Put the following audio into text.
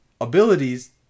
Abilities